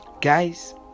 guys